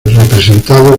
representado